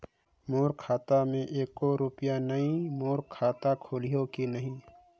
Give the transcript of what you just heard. मोर खाता मे एको रुपिया नइ, मोर खाता खोलिहो की नहीं?